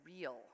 real